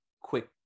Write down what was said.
quick